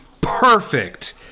perfect